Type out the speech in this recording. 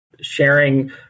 sharing